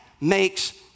makes